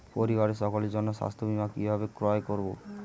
পরিবারের সকলের জন্য স্বাস্থ্য বীমা কিভাবে ক্রয় করব?